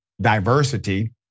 diversity